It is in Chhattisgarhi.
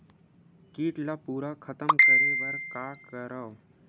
कीट ला पूरा खतम करे बर का करवं?